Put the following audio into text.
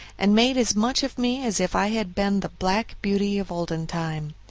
and made as much of me as if i had been the black beauty of olden time.